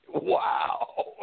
wow